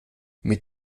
mit